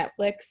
Netflix